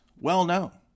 well-known